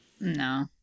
No